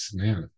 man